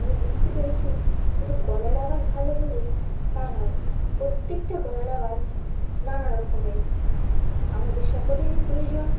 আমি বুঝতে পেরেছি শুধু গলার আওয়াজ ভালো হলেই তা নয় প্রত্যেকটা গলার আওয়াজ নানা রকমের আমাদের সকলেরই প্রয়োজন